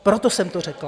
Proto jsem to řekla.